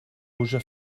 puja